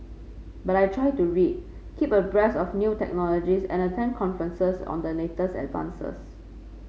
but I try to read keep abreast of new technologies and attend conferences on the latest advances